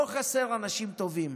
לא חסרים אנשים טובים,